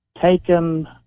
taken